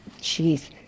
jeez